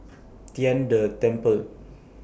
Tian De Temple